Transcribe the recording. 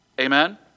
Amen